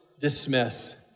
dismiss